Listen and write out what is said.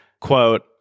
quote